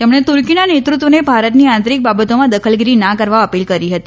તેમણે તુર્કીના નેતૃત્વને ભારતની આંતરીક બાબતોમાં દખલગીરી ના કરવા અપીલ કરી હતી